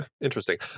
Interesting